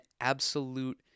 absolute